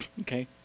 okay